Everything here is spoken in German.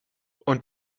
und